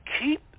keep